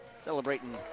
Celebrating